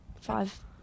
five